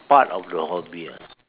part of your hobby ah